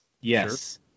yes